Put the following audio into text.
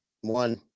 one